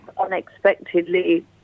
unexpectedly